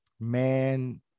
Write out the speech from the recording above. man